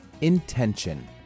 intention